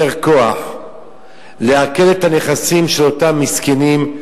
כוח לעקל את הנכסים של אותם מסכנים,